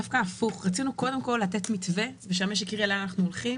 רצינו קודם כול לתת מתווה ושהמשק יראה לאן אנחנו הולכים.